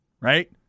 right